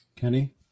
Kenny